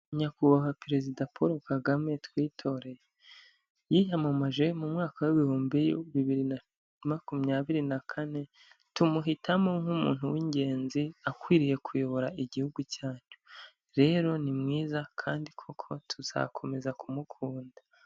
Nyakubahwa perezida Paul Kagame twitoreye yiyamamaje mu mwaka w'ibihumbi bibiri na makumyabiri na kane, tumuhitamo nk'umuntu w'ingenzi, akwiriye kuyobora igihugu cyacu, rero ni mwiza kandi koko tuzakomeza kumukunda.